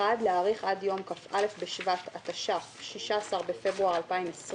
(1)להאריך עד יום כ"א בשבט התש"ף (16 בפברואר 2020)